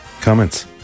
comments